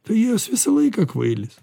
tai juos visą laiką kvailis